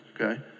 okay